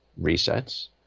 resets